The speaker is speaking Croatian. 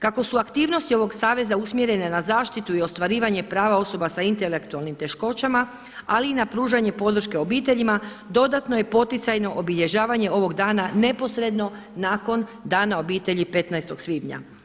Kako su aktivnosti ovog Saveza usmjerene na zaštitu i ostvarivanje prava osoba sa intelektualnim teškoćama, ali i na pružanje podrške obiteljima dodatno je poticajno obilježavanje ovog dana neposredno nakon Dana obitelji 15. svibnja.